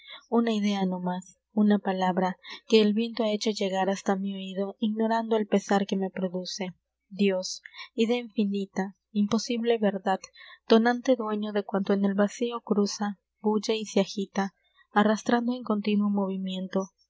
una idea no más una palabra que el viento ha hecho llegar hasta mi oido ignorando el pesar que me produce dios idea infinita imposible verdad tonante dueño de cuanto en el vacío cruza bulle y se agita arrastrado en contínuo movimiento